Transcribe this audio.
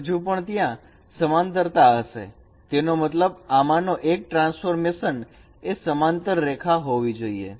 હજુ પણ ત્યાં સમાંતરતા હશે તેનો મતલબ આમાંનો એક ટ્રાન્સફોર્મેશન એ સમાંતર રેખા હોવી જોઈએ